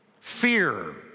fear